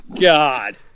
God